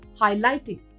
highlighting